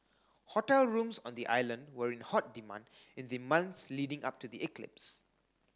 hotel rooms on the island were in hot demand in the months leading up to the eclipse